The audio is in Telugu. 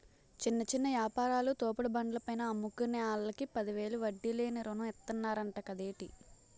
చిన్న చిన్న యాపారాలు, తోపుడు బండ్ల పైన అమ్ముకునే ఆల్లకి పదివేలు వడ్డీ లేని రుణం ఇతన్నరంట కదేటి